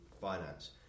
finance